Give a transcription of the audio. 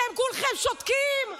ואתם כולכם שותקים,